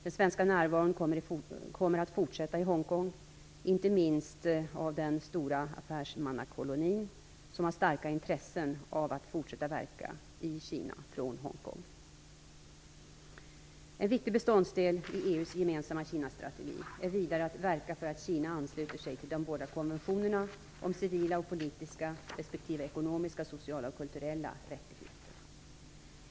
Den svenska närvaron kommer att fortsätta i Hongkong, inte minst i form av den stora affärsmannakoloni som har starka intressen av att fortsätta verka i Kina från Hongkong. En viktig beståndsdel i EU:s gemensamma Kinastrategi är vidare att verka för att Kina ansluter sig de båda konventionerna om civila och politiska respektive ekonomiska, sociala och kulturella rättigheter.